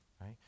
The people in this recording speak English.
right